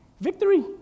Victory